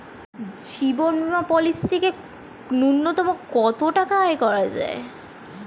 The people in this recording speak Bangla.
জীবন বীমা পলিসি থেকে ন্যূনতম কত টাকা আয় করা যায়?